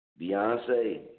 Beyonce